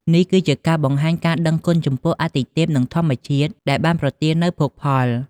នេះគឺជាការបង្ហាញការដឹងគុណចំពោះអាទិទេព និងធម្មជាតិ ដែលបានប្រទាននូវភោគផល។